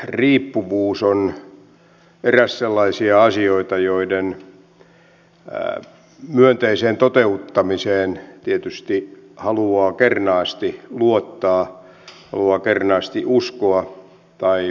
keskinäisriippuvuus on eräs sellaisia asioita joiden myönteiseen toteuttamiseen tietysti haluaa kernaasti luottaa haluaa kernaasti uskoa tai vähintäänkin toivoa